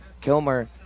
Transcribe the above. Kilmer